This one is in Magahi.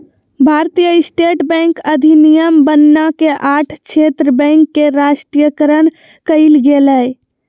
भारतीय स्टेट बैंक अधिनियम बनना के आठ क्षेत्र बैंक के राष्ट्रीयकरण कइल गेलय